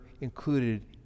included